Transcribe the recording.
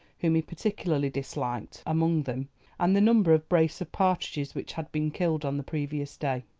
whom he particularly disliked, among them and the number of brace of partridges which had been killed on the previous day.